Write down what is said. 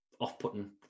off-putting